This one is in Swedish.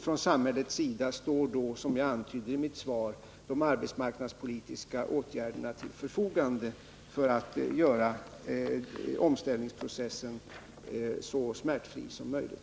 Från samhällets sida står då, som jag anser i mitt svar, de arbetsmarknadspolitiska åtgärderna till förfogande för att göra omställningsprocessen så smärtfri som möjligt.